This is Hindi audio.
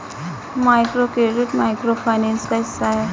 माइक्रोक्रेडिट माइक्रो फाइनेंस का हिस्सा है